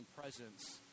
presence